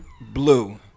Blue